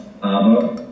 aber